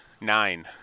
Nine